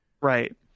Right